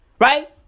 right